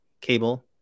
cable